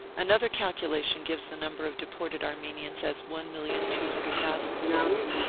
another calculation gives the number of de ported armenians as one million two hundred thousand souls,